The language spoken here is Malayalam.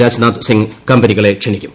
രാജ്നാഥ് സിംഗ് കമ്പനികളെ ക്ഷണിക്കും